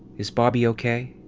is bobby okay?